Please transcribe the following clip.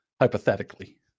hypothetically